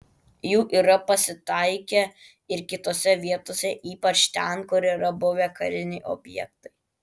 jų yra pasitaikę ir kitose vietose ypač ten kur yra buvę kariniai objektai